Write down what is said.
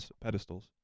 pedestals